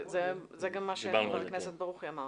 זה גם מה שחבר הכנסת ברוכי אמר.